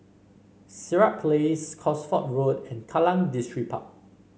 Sirat Place Cosford Road and Kallang Distripark